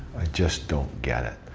just don't get it.